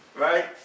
Right